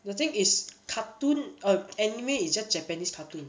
the thing is cartoon err anime is just japanese cartoon